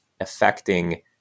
affecting